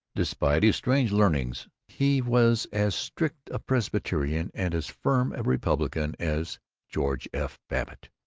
despite his strange learnings he was as strict a presbyterian and as firm a republican as george f. babbitt.